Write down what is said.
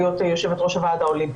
להיות יושבת-ראש הוועד האולימפי.